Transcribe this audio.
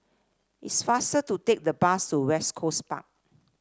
it's faster to take the bus to West Coast Park